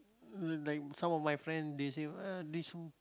uh like some of my friend they say ah this